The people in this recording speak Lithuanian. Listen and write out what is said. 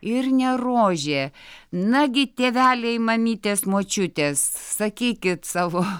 ir ne rožė nagi tėveliai mamytės močiutės sakykit savo